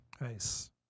Nice